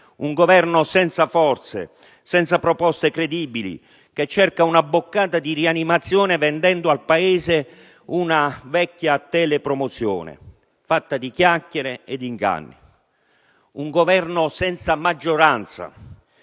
un Governo senza forze, senza proposte credibili, che cerca una boccata di ossigeno per rianimarsi vendendo al Paese una vecchia telepromozione fatta di chiacchiere e di inganni. È un Governo senza maggioranza.